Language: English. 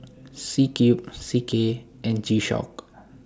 C Cube C K and G Shock